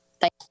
Thank